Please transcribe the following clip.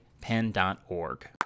pen.org